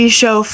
show